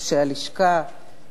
ראשי הלשכה,